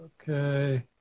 Okay